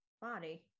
body